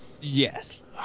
Yes